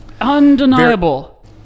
undeniable